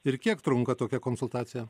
ir kiek trunka tokia konsultacija